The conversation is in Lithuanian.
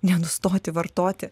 nenustoti vartoti